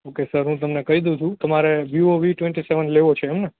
okay sir હું તમને કઇ દવ છું તમારે વિવો વિ ટવેન્ટી સેવેન લેવો છે એમ ને